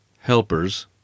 helpers